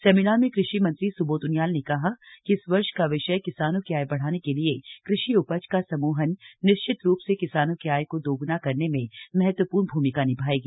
seminar में कृषि मंत्री सुबोध उनियाल ने कहा कि इस वर्ष का विषय किसानों की आय बढ़ाने के लिए कृषि उपज का समूहन निश्चित रूप से किसानों की आय को दोग्ना करने में महत्वपूर्ण भूमिका निभाएगी